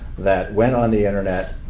that went on the internet,